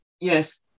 Yes